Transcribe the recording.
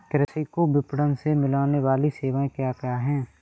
कृषि को विपणन से मिलने वाली सेवाएँ क्या क्या है